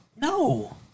No